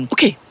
Okay